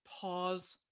pause